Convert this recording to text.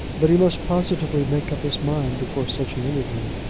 but he must positively make up his mind before such an interview.